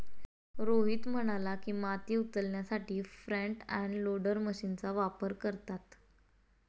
रोहित म्हणाला की, माती उचलण्यासाठी फ्रंट एंड लोडर मशीनचा उपयोग करतात